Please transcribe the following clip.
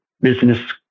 business